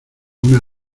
una